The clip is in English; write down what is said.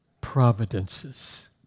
providences